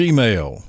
Gmail